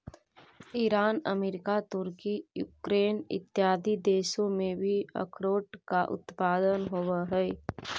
Iran America तुर्की Ukraine इत्यादि देशों में भी अखरोट का उत्पादन होवअ हई